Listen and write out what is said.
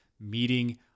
meeting